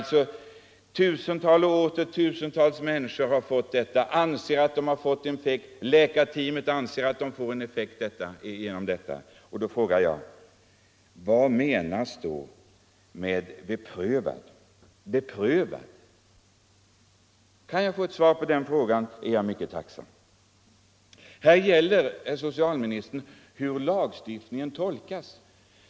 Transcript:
Tusentals människor som fått detta preparat anser att det har gett effekt, läkarteamet anser att det ger effekt, och då frågar jag: Vad menas med ”beprövad”? Kan jag få ett svar på den frågan är jag mycket tacksam. Nr 132 Här gäller det hur lagen tolkas.